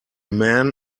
man